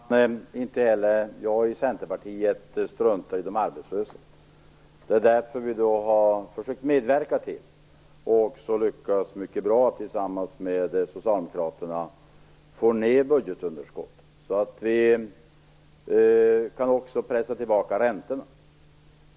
Fru talman! Inte heller jag och Centerpartiet struntar i de arbetslösa. Det är därför vi har försökt medverka till, och också lyckats mycket bra tillsammans med Socialdemokraterna, att få ned budgetunderskottet så att vi också kan pressa tillbaka räntorna.